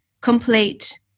complete